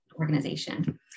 organization